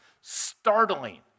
startling